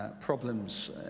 problems